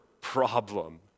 problem